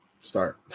Start